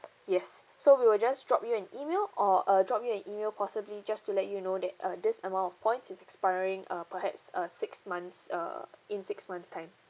yes so we will just drop you an email or uh drop you an email possibly just to let you know that uh this amount of points is expiring uh perhaps a six months err in six months' time